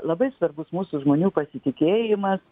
labai svarbus mūsų žmonių pasitikėjimas